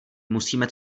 musíme